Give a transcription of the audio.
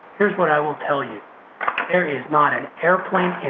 here's what i will tell you there is not an airplane in